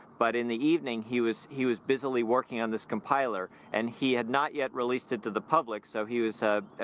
but in the evening, he was he was busily working on this compiler, and he had not yet released it to the public, so he was ah,